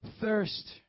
thirst